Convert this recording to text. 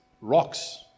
rocks